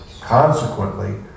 Consequently